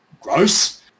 gross